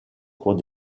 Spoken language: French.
cours